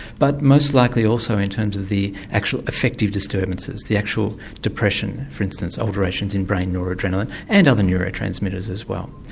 but most likely also in terms of the actual effective disturbances, the actual depression for instance, alternations in brain noradrenaline, and other neurotransmitters as well.